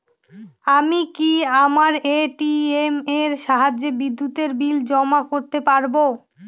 আমি কি আমার এ.টি.এম এর সাহায্যে বিদ্যুতের বিল জমা করতে পারব?